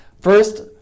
first